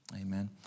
Amen